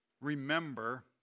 remember